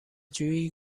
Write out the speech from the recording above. جویی